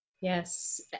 Yes